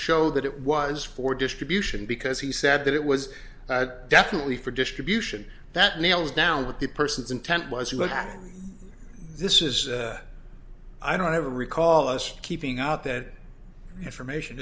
show that it was for distribution because he said that it was definitely for distribution that nails down with the person's intent was to look at this is i don't ever recall us keeping out that information